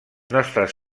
nostres